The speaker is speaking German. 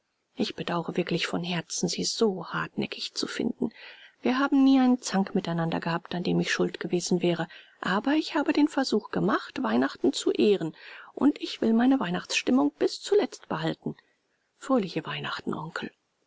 ich bedaure wirklich von herzen sie so hartnäckig zu finden wir haben nie einen zank miteinander gehabt an dem ich schuld gewesen wäre aber ich habe den versuch gemacht weihnachten zu ehren und ich will meine weihnachtsstimmung bis zuletzt behalten fröhliche weihnachten onkel